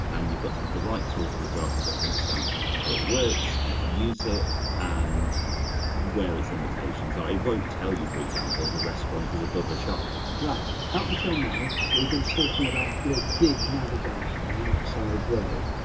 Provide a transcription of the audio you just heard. and you've got to have the right tool for the job, you've got to understand how it works, how to use it and where its limitations are. it won't tell you, for example, if a restaurant is above a shop right yeah up until now we've been talking about ah big navigation, the outside world,